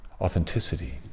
authenticity